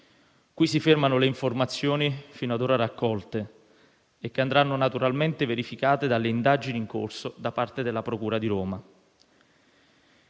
Qui si fermano le informazioni fino ad ora raccolte e che andranno naturalmente verificate dalle indagini in corso da parte della procura di Roma.